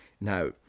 Now